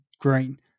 Green